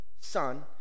son